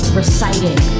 reciting